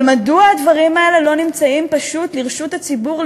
אבל מדוע הדברים האלה לא נמצאים פשוט לרשות הציבור,